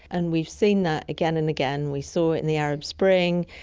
and we've seen that again and again, we saw it in the arab spring,